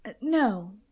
no